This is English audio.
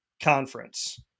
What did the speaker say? conference